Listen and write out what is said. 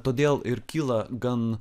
todėl ir kyla gan